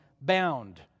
bound